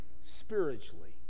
spiritually